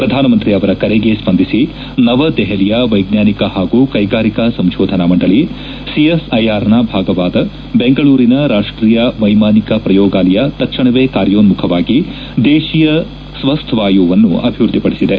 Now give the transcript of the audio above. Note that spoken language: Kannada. ಪ್ರಧಾನಮಂತ್ರಿ ಅವರ ಕರೆಗೆ ಸ್ವಂದಿಸಿ ನವದೆಹಲಿಯ ವೈಜ್ಞಾನಿಕ ಹಾಗೂ ಕೈಗಾರಿಕಾ ಸಂಶೋಧನಾ ಮಂಡಳಿ ಸಿಎಸ್ಐಆರ್ನ ಭಾಗವಾದ ಬೆಂಗಳೂರಿನ ರಾಷ್ಷೀಯ ವೈಮಾನಿಕ ಪ್ರಯೋಗಾಲಯ ತಕ್ಷಣವೇ ಕಾರ್ಯೋನ್ನುಖವಾಗಿ ದೇತೀಯ ಸ್ತಸ್ಲಿವಾಯು ವನ್ನು ಅಭಿವೃದ್ಧಿಪಡಿಸಿದೆ